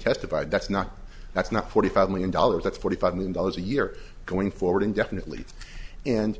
testified that's not that's not forty five million dollars that's forty five million dollars a year going forward indefinitely and